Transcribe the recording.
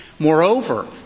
Moreover